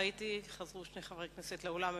ראיתי ששני חברי כנסת חזרו לאולם,